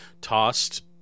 tossed